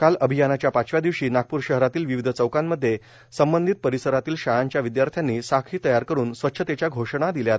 काल अभियानाच्या पाचव्या दिवशी नागपूर शहरातील विविध चौकांमध्ये संबंधित परिसरातील शाळांच्या विद्यार्थ्यांनी साखळी तयार करून स्वच्छतेच्या घोषणा दिल्यात